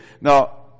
Now